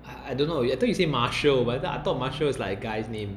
I don't know I I thought you say marshall but I thought marshall is like a guy's name